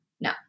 No